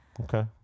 Okay